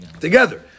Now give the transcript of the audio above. together